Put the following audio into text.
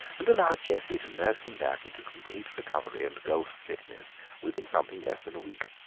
and allowed jessie to nurse him back into complete recovery and golf-fitness within something less than a week.